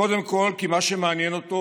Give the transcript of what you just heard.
קודם כול כי מה שמעניין אותו